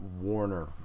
Warner